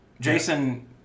Jason